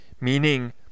meaning